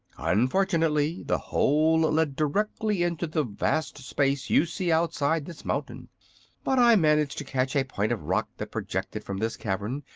unfortunately, the hole led directly into the vast space you see outside this mountain but i managed to catch a point of rock that projected from this cavern,